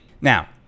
Now